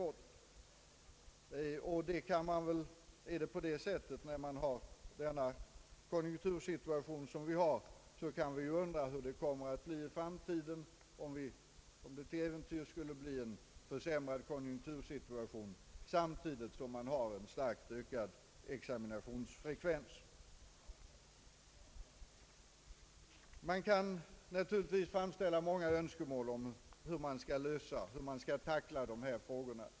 är det på det sättet i dagens konjunktursituation så kan man undra hur det kommer att bli i framtiden om konjunkturläget till äventyrs skulle försämras samtidigt som man får en starkt ökad examinationsfrekvens. Man kan «naturligtvis framställa många önskemål om hur dessa frågor skall lösas.